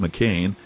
McCain